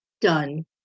done